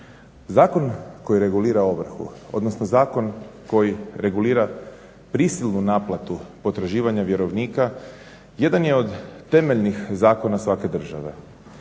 Zakon koji regulira ovrhu, odnosno zakon koji regulira prisilnu naplatu potraživanja vjerovnika jedan je od temeljnih zakona svake države.